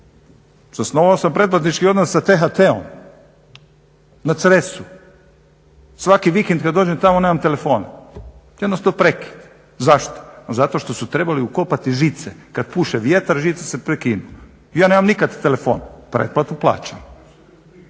Zasnovao samo pretplatnički odnos sa THT-om na Cresu, svaki vikend kad dođem tamo nemam telefona, jednostavno prekid, zašto? Zato što su trebali ukopati žice kad puše vjetar, žice se prekinu, ja nemam nikad telefona, pretplatu plaćam,